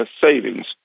savings